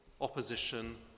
opposition